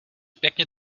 pěkně